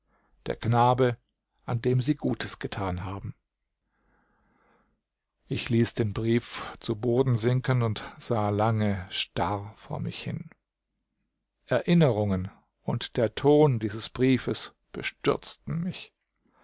der knabe an dem sie gutes getan haben ich ließ den brief zu boden sinken und sah lange starr vor mich hin erinnerungen und der ton dieses briefes bestürzten mich